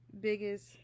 biggest